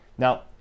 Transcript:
Now